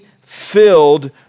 filled